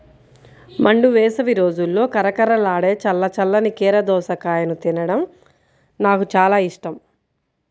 మండు వేసవి రోజుల్లో కరకరలాడే చల్ల చల్లని కీర దోసకాయను తినడం నాకు చాలా ఇష్టం